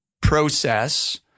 process